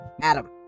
Adam